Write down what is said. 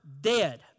dead